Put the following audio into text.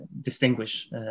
distinguish